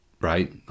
right